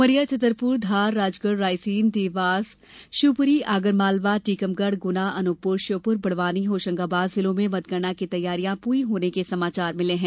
उमारिया छतरपुर धार राजगढ़ रायसेन देवास शिवपुरी आगरमालवा टीकमगढ़ गुना अनूपपुर श्योपुर बड़वानी होशंगाबाद जिलों में मतगणना की तैयारी पूरी होने के समाचार मिलें हैं